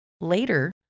Later